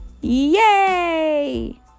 yay